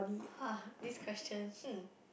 [wah] these questions hmm